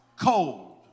cold